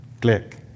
click